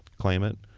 claim it.